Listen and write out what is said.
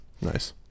Nice